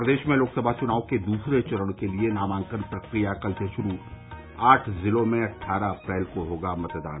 प्रदेश में लोकसभा चुनाव के दूसरे चरण के लिए नामांकन प्रकिया कल से शुरू आठ ज़िलों में अट्ठारह अप्रैल को होगा मतदान